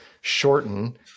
shorten